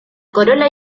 corola